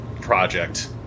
project